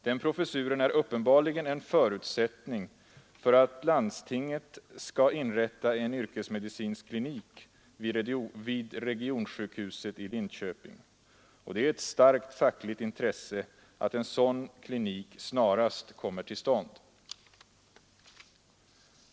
Denna professur är uppenbarligen en förutsättning för att landstinget skall inrätta en yrkesmedicinsk klinik vid regionsjukhuset i Linköping. Det är ett starkt fackligt intresse att en sådan klinik snarast kommer till stånd.